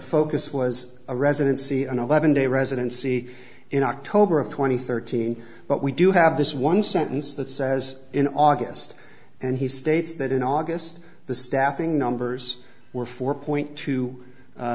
focus was a residency an eleven day residency in oct twenty thirteen but we do have this one sentence that says in august and he states that in august the staffing numbers were four point two